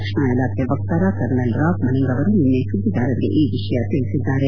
ರಕ್ಷಣಾ ಇಲಾಖೆಯ ವಕ್ತಾರ ಕರ್ನಲ್ ರಾಬ್ ಮನಿಂಗ್ ಅವರು ನಿನ್ನೆ ಸುದ್ದಿಗಾರರಿಗೆ ಈ ವಿಷಯ ತಿಳಿಸಿದ್ದಾರೆ